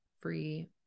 free